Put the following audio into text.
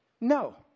No